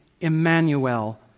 Emmanuel